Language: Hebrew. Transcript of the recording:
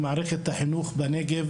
במערכת החינוך בנגב,